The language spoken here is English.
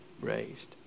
raised